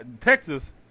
Texas